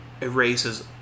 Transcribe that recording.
erases